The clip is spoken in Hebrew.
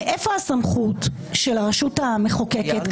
מאיפה הסמכות של הרשות המחוקקת,